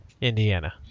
Indiana